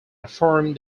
affirmed